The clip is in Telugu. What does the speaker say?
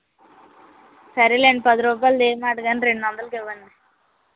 సరేలేండి పదిరూపాయలు దేణి మాట కానీ రెండు వందలకు ఇవ్వండి